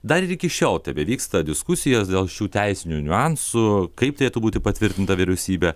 dar ir iki šiol tebevyksta diskusijos dėl šių teisinių niuansų kaip turėtų būti patvirtinta vyriausybė